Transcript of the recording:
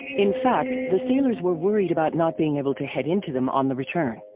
in fact, the sailors were worried about not being able to head into them on the return.